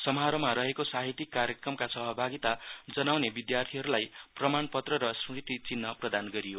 समारोहमा रहेको साहित्यक कार्यक्रममा सहभागिता जनाउने विद्यार्थीरवर्गलाई प्रमानपत्र र समृति चिन्ह प्रदान गरियो